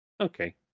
okay